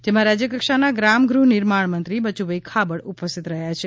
જેમાં રાજ્ય કક્ષાનાં ગ્રામગૃહ નિર્માણમંત્રી બચુભાઈ ખાબડ ઉપસ્થિત રહ્યા છે